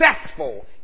successful